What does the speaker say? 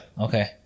Okay